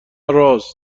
رآس